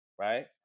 right